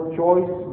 choice